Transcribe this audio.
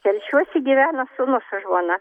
telšiuose gyvena sūnus su žmona